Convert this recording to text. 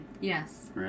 Yes